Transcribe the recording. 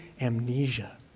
amnesia